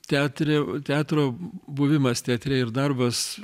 teatre teatro buvimas teatre ir darbas